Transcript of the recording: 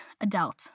adult